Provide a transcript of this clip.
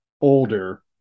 older